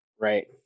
Right